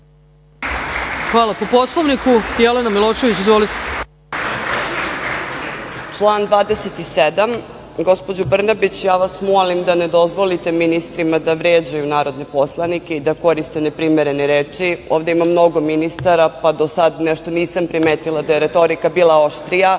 Hvala. Po Poslovniku Jelena Milošević. Izvolite. **Jelena Milošević** Član 27.Gospođo Brnabić, ja vas molim da ne dozvolite ministrima da vređaju narodne poslanike i da ne koriste neprimerene reči. Ovde ima mnogo ministara, pa do sada nešto nisam primetila da je retorika bila oštrija. Koliko